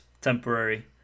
temporary